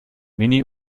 mini